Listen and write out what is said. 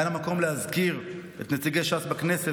כאן המקום להזכיר את נציגי ש"ס בכנסת,